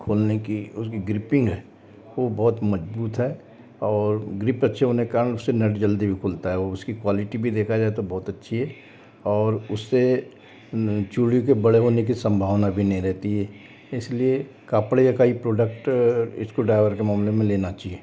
खोलने की उसकी ग्रिपिंग है वो बहुत मजबूत है और ग्रिप अच्छी होने के कारण उससे नट जल्दी भी खुलता है और उसकी क्वॉलिटी भी देखा जाए तो बहुत अच्छी है और उससे चूड़ी के बड़े होने की संभावना भी नहीं रहती है इसलिए कापड़िया का ये प्रॉडक्ट स्क्रू ड्राइवर के मामले में लेना चाहिए